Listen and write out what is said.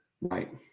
Right